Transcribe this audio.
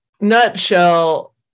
nutshell